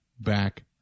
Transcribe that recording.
back